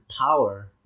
power